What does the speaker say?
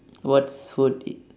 what's food in